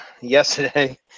yesterday